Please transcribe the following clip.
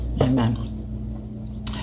amen